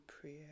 prayer